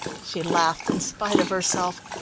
she laughed in spite of herself.